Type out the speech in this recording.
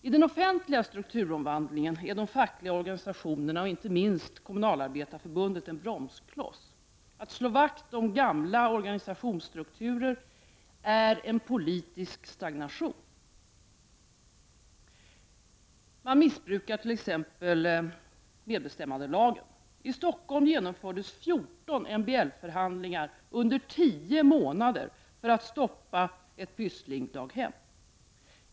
I den offentliga strukturomvandlingen är de fackliga organisationerna, och inte minst Kommunalarbetareförbundet, en bromskloss. Att slå vakt om gamla organisationsstrukturer är en politik för stagnation. Man missbrukar t.ex. medbestämmandelagen. I Stockholm genomfördes 14 MBL-förhandlingar under tio månader för att stoppa ett pysslingdaghem.